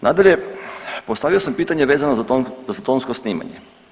Nadalje, postavio sam pitanje vezano za tonsko snimanje.